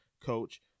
coach